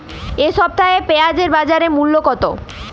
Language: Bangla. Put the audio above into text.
এ সপ্তাহে পেঁয়াজের বাজার মূল্য কত?